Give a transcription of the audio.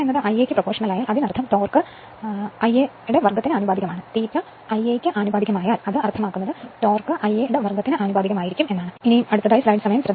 അതിനാൽ അതുകൊണ്ടാണ് ഇവിടെ എല്ലാം എഴുതിയത് അതിനാലാണ് ടോർക്ക് Ia2 ന് ആനുപാതികമാകുന്നത്